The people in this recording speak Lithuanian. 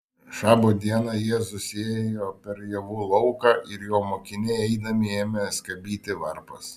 šabo dieną jėzus ėjo per javų lauką ir jo mokiniai eidami ėmė skabyti varpas